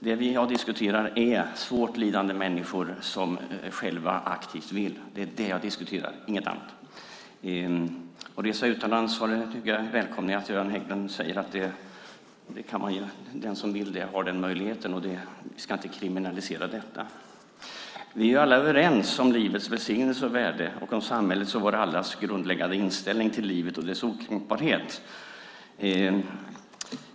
Det jag diskuterar är svårt lidande människor som själva aktivt vill. Det är det jag diskuterar - inget annat. Jag välkomnar också att Göran Hägglund säger att den som vill resa utomlands har den möjligheten och att det inte ska kriminaliseras. Vi är alla överens om livets välsignelse och värde och om samhällets och vår allas grundläggande inställning till livet och dess okränkbarhet.